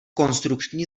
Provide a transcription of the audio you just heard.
konstrukční